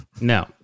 No